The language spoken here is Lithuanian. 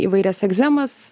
įvairias egzemas